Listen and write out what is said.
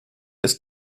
ist